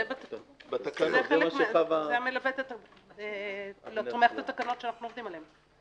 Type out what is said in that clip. זה תומך את התקנות שאנחנו עובדים עליהן.